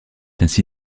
ainsi